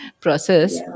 process